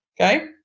okay